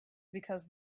because